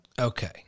okay